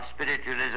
spiritualism